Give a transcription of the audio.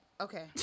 Okay